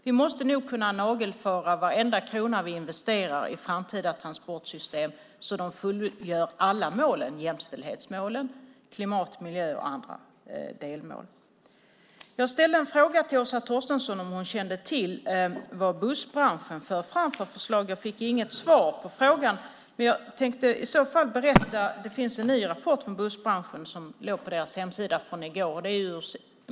Vi måste kunna nagelfara varenda krona vi investerar i framtida transportsystem så att de omfattar alla målen, såväl jämställdhetsmål som klimat-, miljö och andra delmål. Jag frågade Åsa Torstensson om hon kände till vilka förslag Bussbranschen för fram. Jag fick inget svar på den frågan och tänkte därför berätta att det finns en ny rapport från Bussbranschen; den låg på deras hemsida i går.